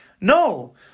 No